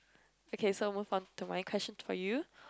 okay so move on to my question for you